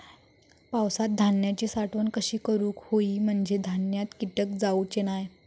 पावसात धान्यांची साठवण कशी करूक होई म्हंजे धान्यात कीटक जाउचे नाय?